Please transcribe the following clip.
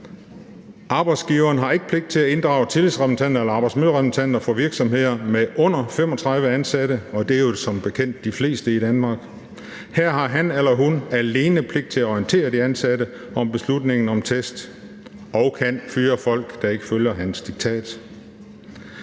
Arbejdsgiveren har ikke pligt til at inddrage tillidsrepræsentanten eller arbejdsmiljørepræsentanten på virksomheder med under 35 ansatte, og det er jo som bekendt de fleste i Danmark. Her har han eller hun alene pligt til at orientere de ansatte om beslutningen om test og kan fyre folk, der ikke følger hans eller